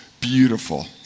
beautiful